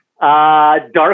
dark